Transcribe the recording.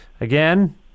again